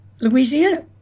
Louisiana